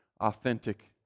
authentic